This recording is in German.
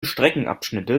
streckenabschnitte